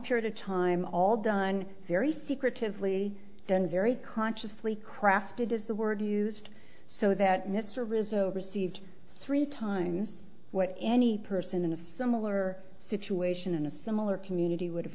period of time all done very secretively done very consciously crafted is the word used so that mr rizzo received three times what any person in a similar situation in a similar community would have